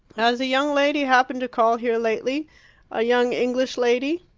has a young lady happened to call here lately a young english lady?